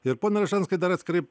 ir pone ražanskai dar atskirai